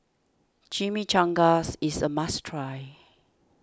Chimichangas is a must try